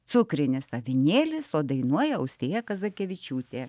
cukrinis avinėlis o dainuoja austėja kazakevičiūtė